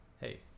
hey